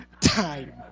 time